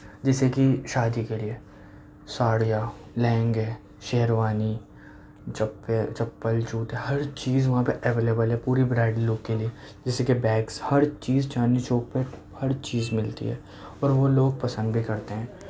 جیسے کہ شادی کریے ساڑیاں لہنگے شیروانی چپل جوتا ہر چیز وہاں پہ ایویلیبل ہے پوری برائڈ لُک کے لئے جیسے کہ بیگس ہر چیز چاندنی چوک پہ ہر چیز مِلتی ہے اور وہ لوگ پسند بھی کرتے ہیں